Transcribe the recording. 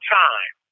time